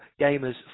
Gamers